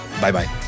Bye-bye